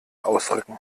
ausrücken